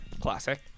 Classic